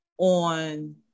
On